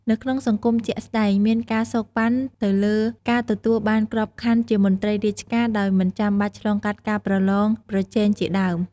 នៅក្នុងសង្គមជាក់ស្តែង មានការសូកប៉ាន់ទៅលើ ការទទួលបានក្របខ័ណ្ឌជាមន្រ្តីរាជការដោយមិនចាំបាច់ឆ្លងកាត់ការប្រឡងប្រជែងជាដើម។